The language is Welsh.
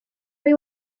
rwy